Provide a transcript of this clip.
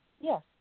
yes